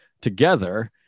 together